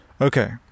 Okay